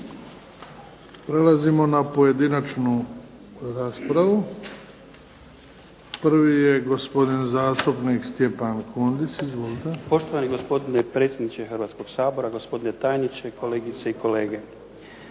Prelazimo na pojedinačnu raspravu. Prvi je gospodin zastupnik Stjepan Kundić. Izvolite. **Kundić, Stjepan (HDZ)** Poštovani gospodine predsjedniče Hrvatskog sabora, gospodine tajniče, kolegice i kolege.